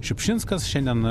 šiupšinskas šiandien